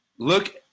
Look